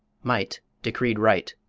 might decreed right.